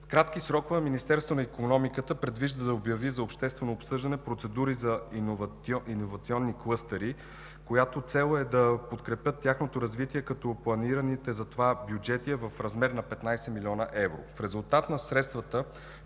В кратки срокове Министерството на икономиката предвижда да обяви за обществено обсъждане процедури за иновационни клъстери, която цел е да подкрепят тяхното развитие, като планираните за това бюджети са в размер на 15 млн. евро. В резултат на средствата,